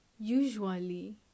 Usually